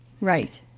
Right